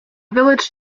village